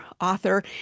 author